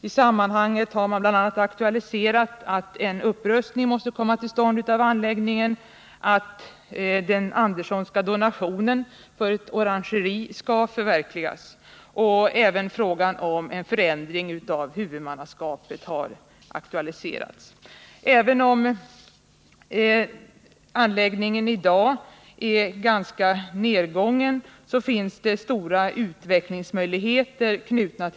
I sammanhanget har bl.a. aktualiserats frågan om en upprustning av anläggningen liksom att den Andersonska donationen för ett orangeri skall förverkligas — också frågan om en förändring av huvudmannaskapet har aktualiserats. Även om anläggningen i dag är ganska nergången, erbjuder området stora utvecklingsmöjligheter.